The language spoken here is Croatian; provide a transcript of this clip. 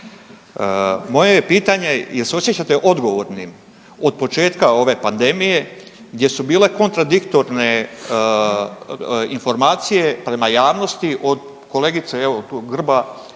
je pitanje, jel se osjećate odgovornim od početka ove pandemije gdje su bile kontradiktorne informacije prema javnosti od kolegice evo tu